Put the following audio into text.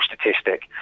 statistic